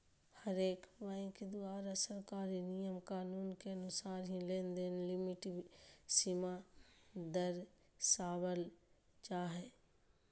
हरेक बैंक द्वारा सरकारी नियम कानून के अनुसार ही लेनदेन लिमिट सीमा दरसावल जा हय